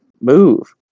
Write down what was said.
Move